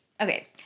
Okay